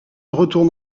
retourne